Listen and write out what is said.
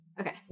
Okay